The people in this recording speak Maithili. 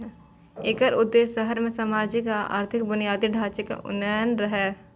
एकर उद्देश्य शहर मे सामाजिक आ आर्थिक बुनियादी ढांचे के उन्नयन रहै